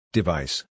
Device